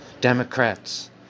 Democrats